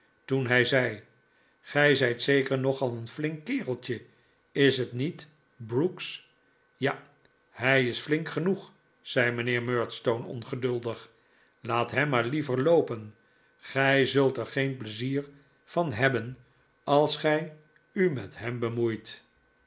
toen hij zei gij zijt zeker nogal een flink kereltje is het niet brooks ja hij is flink genoeg zei mijnheer murdstone ongeduldig laat hem maar liever loopen gij zult er geen pleizier van hebben als gij u met hem bemoeit